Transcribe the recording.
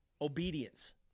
Obedience